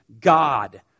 God